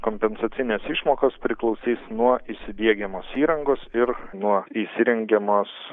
kompensacinės išmokos priklausys nuo įsidiegiamos įrangos ir nuo įsirengiamos